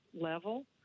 level